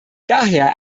daher